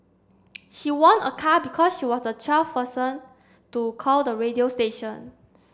she won a car because she was the twelfth person to call the radio station